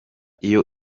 iyo